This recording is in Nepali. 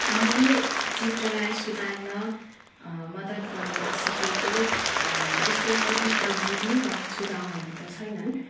मैले चित्रलाई सुधार्न मद्दत गर्न सिकेको त्यस्तो केही प्रविधि वा सुझाउहरू त छैनन्